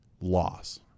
loss